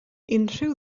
unrhyw